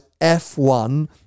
f1